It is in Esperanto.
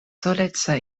soleca